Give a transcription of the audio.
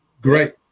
great